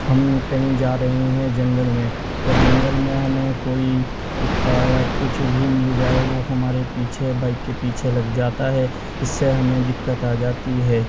ہم کہیں جا رہے ہیں جنگل میں اور جنگل میں ہمیں کوئی کتا یا کچھ بھی مل جائے وہ ہمارے پیچھے بائک کے پیچھے لگ جاتا ہے اس سے ہمیں دقت آ جاتی ہے